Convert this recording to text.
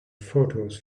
photos